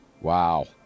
wow